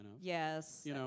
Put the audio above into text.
Yes